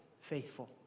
faithful